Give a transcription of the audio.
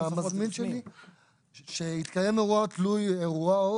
למזמין שלי שהתקיים אירוע תלוי אירוע או